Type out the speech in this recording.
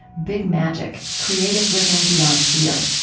big magic creative living beyond fear.